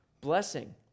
blessing